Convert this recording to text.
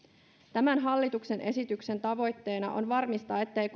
tämän hallituksen esityksen tavoitteena on varmistaa ettei